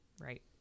Right